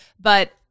but-